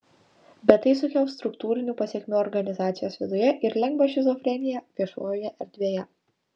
bet tai sukels struktūrinių pasekmių organizacijos viduje ir lengvą šizofreniją viešojoje erdvėje